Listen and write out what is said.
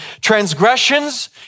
transgressions